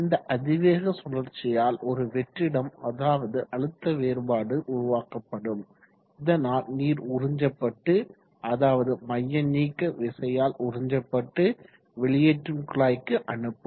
இந்த அதிவேக சுழற்சியால் ஒரு வெற்றிடம் அதாவது அழுத்த வெறுபாடு உருவாக்கப்படும் இதனால் நீர் உறிஞ்சப்பட்டு அதாவது மையநீக்க விசையால் உறிஞ்சப்பட்டு வெளியேற்றும் குழாய்க்கு அனுப்பும்